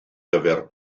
gyfer